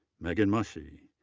meghan mussche,